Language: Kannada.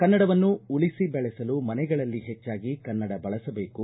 ಕನ್ನಡವನ್ನು ಉಳಿಸಿ ಬೆಳೆಸಲು ಮನೆಗಳಲ್ಲಿ ಹೆಚ್ಚಾಗಿ ಕನ್ನಡ ಬಳಸಬೇಕು